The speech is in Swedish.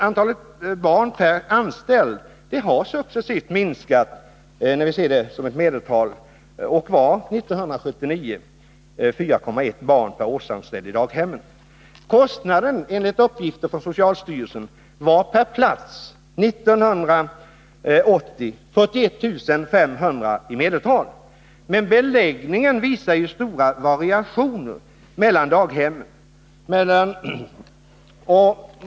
Antalet barn per anställd har successivt minskat i medeltal, och 1979 var 4,1 barn per årsanställd i daghemmen. Kostnaden per plats var 1980 enligt uppgifter från socialstyrelsen 41 500 kr. i medeltal.